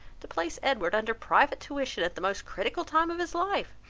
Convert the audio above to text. to place edward under private tuition, at the most critical time of his life?